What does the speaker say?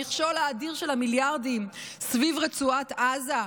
המכשול האדיר של המיליארדים סביב רצועת עזה?